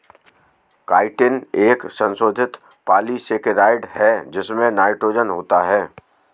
chitin एक संशोधित polysaccharide है जिसमें नाइट्रोजन होता है